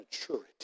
maturity